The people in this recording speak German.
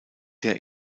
der